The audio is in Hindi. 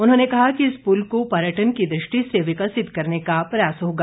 उन्होंने कहा कि इस पुल को पर्यटन की दृष्टि से विकसित करने का प्रयास होगा